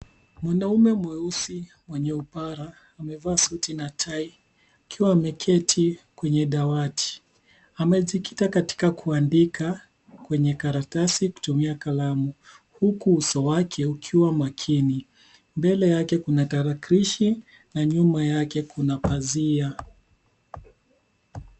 Mwanaume mweusi mwenye upara amevaa suti na tai akiwa ameketi kwenye dawati amejikita katika kuandika kwenye karatasi kutumia kalamu huku uso wake ukiwa makini. Mbele yake kuna tarakilishi na nyuma yake kuna pasia